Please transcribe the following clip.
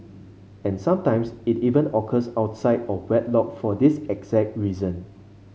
and sometimes it even occurs outside of wedlock for this exact reason